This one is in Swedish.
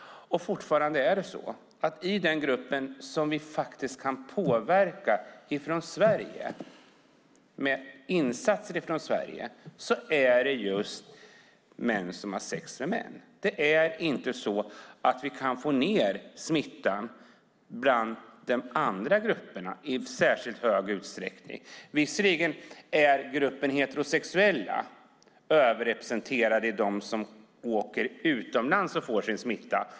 Fortfarande är det så att den grupp som vi faktiskt kan påverka med insatser från Sverige just är män som har sex med män. Det är inte så att vi kan få ned smittan bland de andra grupperna i särskilt hög utsträckning. Visserligen är gruppen heterosexuella som bor i Sverige överrepresenterad bland dem som åker utomlands och får sin smitta.